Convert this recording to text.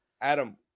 Adam